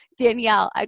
Danielle